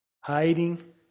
hiding